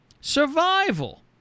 survival